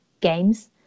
games